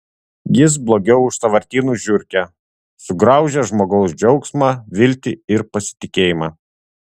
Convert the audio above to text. jis blogiau už sąvartynų žiurkę sugraužia žmogaus džiaugsmą viltį ir pasitikėjimą